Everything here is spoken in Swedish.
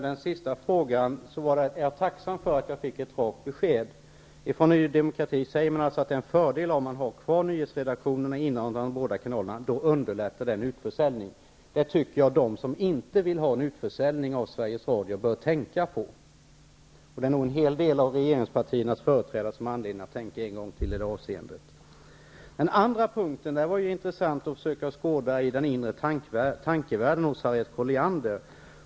Herr talman! Jag är tacksam för att jag fick ett rakt besked på min fråga. Ny demokrati säger alltså att det är en fördel att ha kvar nyhetsredaktionerna i de båda kanalerna eftersom det underlättar en utförsäljning. Jag tycker att de som inte vill ha en utförsäljning av Sveriges Radio bör tänka på det. Det är nog en hel del av regeringspartiernas företrädare som har anledning att tänka en gång till i det avseendet. Det var intressant att försöka skåda i den inre tankevärlden hos Harriet Colliander.